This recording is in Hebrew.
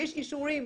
אישורים.